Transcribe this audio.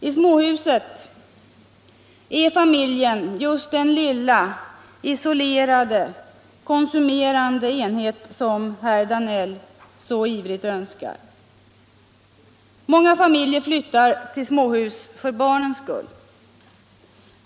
I småhuset är familjen just den lilla isolerade konsumerande enhet som herr Danell så ivrigt önskar. Många familjer flyttar till småhus för barnens skull.